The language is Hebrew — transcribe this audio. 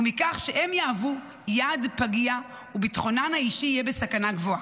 ומכך שהם יהוו יעד פגיע וביטחונן האישי יהיה בסכנה גבוהה.